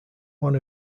one